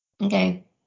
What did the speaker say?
okay